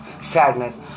sadness